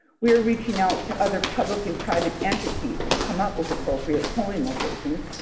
we're reaching out to other public and private entities to come up with appropriate polling locations,